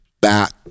back